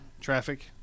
traffic